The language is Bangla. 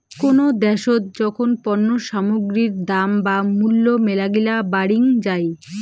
কোনো দ্যাশোত যখন পণ্য সামগ্রীর দাম বা মূল্য মেলাগিলা বাড়িং যাই